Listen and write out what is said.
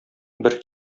бер